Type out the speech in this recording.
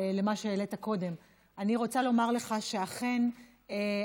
למה שהעלית קודם: אני רוצה לומר לך שאכן אנחנו,